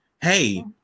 Hey